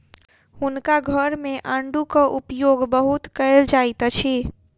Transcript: हुनका घर मे आड़ूक उपयोग बहुत कयल जाइत अछि